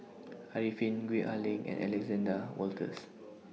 Arifin Gwee Ah Leng and Alexander Wolters